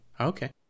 Okay